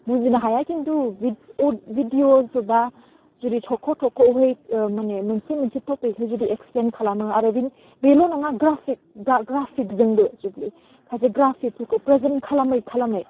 बुजिनो हाया खिन्थु भिडिअ जोबबा थख' थख'यै ओह माने मोनसे मोनसे टपिक हाय जुदि एक्सप्लेन्ट खालामो आरो बेल' नङा ग्राफिक गा ग्राफिकजोंबो खायसे ग्राफिकफोरखौ फ्रेजेन्टफोरखौ खालामै खालामै